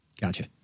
Gotcha